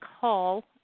call